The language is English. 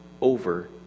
over